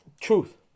Truth